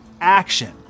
action